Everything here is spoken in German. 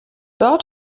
dort